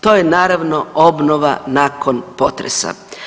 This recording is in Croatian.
To je naravno obnova nakon potresa.